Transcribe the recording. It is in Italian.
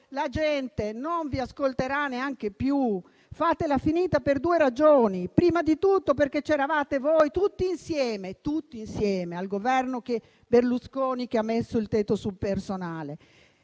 la gente non vi ascolterà neanche più. Fatela finita per due ragioni: prima di tutto, perché c'eravate voi, tutti insieme, nel Governo Berlusconi che ha messo il tetto sul personale